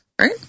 Right